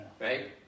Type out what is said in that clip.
Right